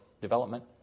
development